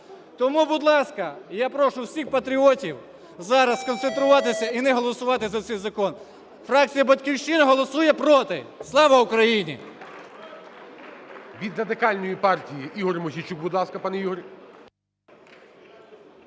Тому, будь ласка, я прошу всіх патріотів зараз сконцентруватися і не голосувати за цей закон. Фракція "Батьківщина" голосує "проти". Слава Україні!